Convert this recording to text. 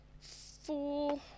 four